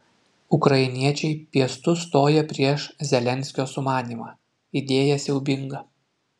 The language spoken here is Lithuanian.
ukrainiečiai piestu stoja prieš zelenskio sumanymą idėja siaubinga